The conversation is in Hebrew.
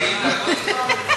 מיכל, מעריץ אותך.